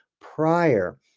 prior